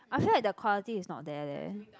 I feel like their quality is not there leh